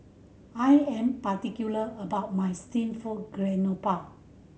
I am particular about my steamed garoupa